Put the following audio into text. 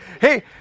Hey